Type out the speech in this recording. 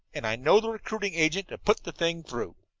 and i know the recruiting agent to put the thing through.